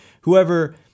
whoever